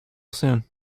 soon